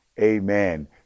amen